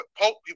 Pope